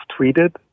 tweeted